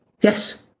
Yes